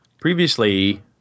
previously